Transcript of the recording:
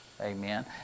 Amen